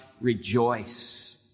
rejoice